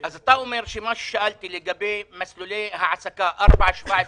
אז אתה אומר שמה ששאלתי לגבי מסלולי העסקה 4.17,